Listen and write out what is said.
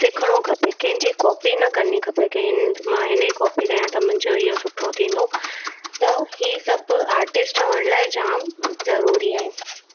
सिखिणो खपे कंहिंजी कॉपी न करिणी खपे के हिन मां हिनजी कॉपी कया त मुंहिंजो इहो सुठो थींदो त हीअ सभु आर्टिस्ट ठहण लाइ जाम ज़रूरी आहिनि